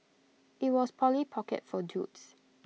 IT was Polly pocket for dudes